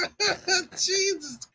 Jesus